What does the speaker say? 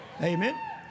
Amen